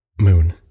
moon